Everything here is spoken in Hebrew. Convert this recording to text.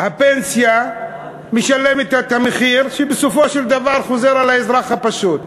הפנסיה משלמת את המחיר שבסופו של דבר חוזר לאזרח הפשוט.